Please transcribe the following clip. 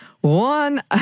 One